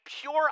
pure